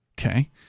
Okay